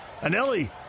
Anelli